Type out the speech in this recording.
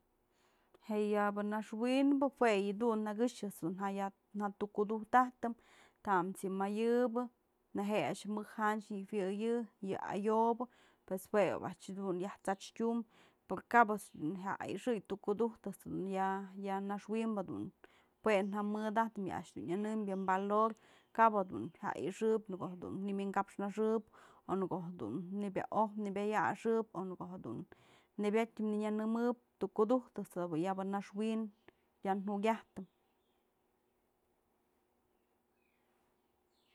Je yabë naxwinbë jue yë dun, nëkëxë a'ax dun ja tukuduj tajtëm, tamës yë mayë'ëbë neje'e a'ax mëj janchë nyëwëyë, yë ayobë pues jue oby a'ax jadun yaj t'satyun pero kap dun jya ayxëy tukudujtë ëjt's dun ya naxwinbë jue ja mëdajtëm yë a'ax dun nyënëmbyë valor, kap dun jya ayxëb ko'o jedun nëwi'in kapnaxëp o në ko'o jedun nëbya oj, nëbya yaxëp o në ko'o jedun nebyat nënyënëmëp tukudujtë ëjt's dayaba naxwin ya jukyajtëm.